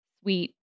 sweet